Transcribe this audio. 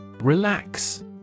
Relax